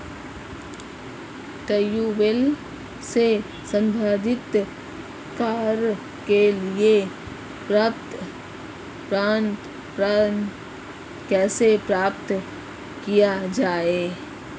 Tubewell से संबंधित कार्य के लिए ऋण कैसे प्राप्त किया जाए?